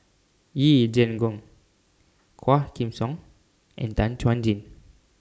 Yee Jenn Jong Quah Kim Song and Tan Chuan Jin